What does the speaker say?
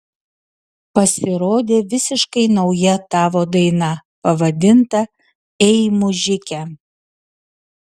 pasirodė visiškai nauja tavo daina pavadinta ei mužike